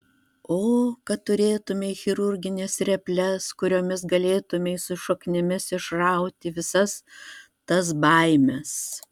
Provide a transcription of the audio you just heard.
o kad turėtumei chirurgines reples kuriomis galėtumei su šaknimis išrauti visas tas baimes